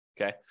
Okay